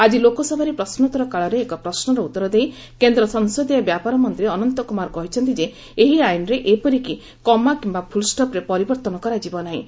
ଆଜି ଲୋକସଭାରେ ପ୍ରଶ୍ନୋତ୍ତର କାଳରେ ଏକ ପ୍ରଶ୍ନର ଉତ୍ତର ଦେଇ କେନ୍ଦ୍ର ସଂସଦୀୟ ବ୍ୟାପାର ମନ୍ତ୍ରୀ ଅନନ୍ତ କୁମାର କହିଛନ୍ତି ଯେ ଏହି ଆଇନ୍ରେ ଏପରିକି କମା କିୟା ଫୁଲ୍ଷପ୍ରେ ପରିବର୍ତ୍ତନ କରାଯିବ ନାହିଁ